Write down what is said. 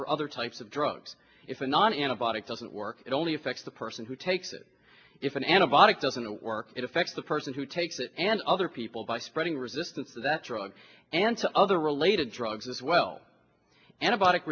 for other types of drugs if a non antibiotic doesn't work it only affects the person who takes it if an anabolic doesn't work it affects the person who takes it and other people by spreading resistance that drug and to other related drugs as well an